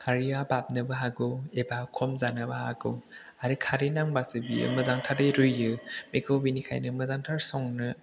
खारैया बाबनोबो हागौ एबा खम जानोबो हागौ आरो खारै नांब्लासो बेयो मोजांथारै रुयो बेखौ बेनिखायनो मोजांथार संनो